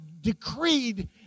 decreed